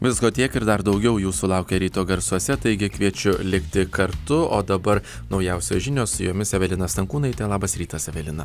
visko tiek ir dar daugiau jūsų laukia ryto garsuose taigi kviečiu likti kartu o dabar naujausios žinios su jomis evelina stankūnaitė labas rytas evelina